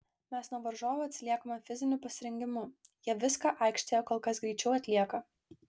mes nuo varžovų atsiliekame fiziniu pasirengimu jie viską aikštėje kol kas greičiau atlieka